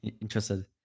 interested